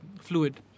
fluid